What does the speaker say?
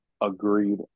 Agreed